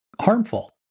harmful